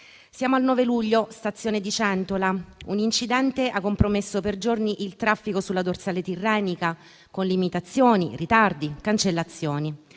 Siamo al 9 luglio, stazione di Centola, un incidente ha compromesso per giorni il traffico sulla dorsale tirrenica con limitazioni, ritardi e cancellazioni;